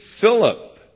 Philip